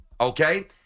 okay